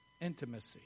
Intimacy